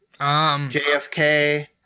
JFK